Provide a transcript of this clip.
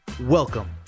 Welcome